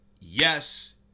Yes